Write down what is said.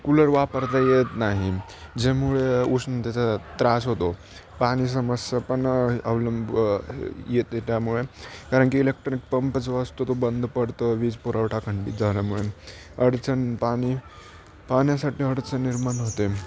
cooler वापरता येत नाही ज्यामुळे उष्णतेचा त्रास होतो पाणी समस्या पण अवलंब येते त्यामुळे कारण की इलेक्ट्रॉनिक पंप जो असतो तो बंद पडतो वीज पुरवठा खंडित झाल्यामुळे अडचण पाणी पाण्यासाठी अडचण निर्माण होते